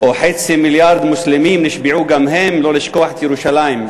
שחצי מיליארד מוסלמים נשבעו גם הם לא לשכוח את ירושלים.